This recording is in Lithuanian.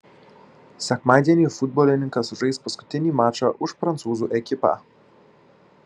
sekmadienį futbolininkas žais paskutinį mačą už prancūzų ekipą